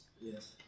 Yes